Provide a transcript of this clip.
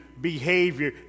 behavior